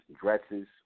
dresses